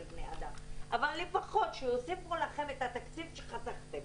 בני אדם אבל לפחות שיוסיפו לכם את התקציב שחסכתם.